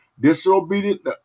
disobedient